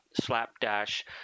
slapdash